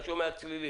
אני שומע צלילים.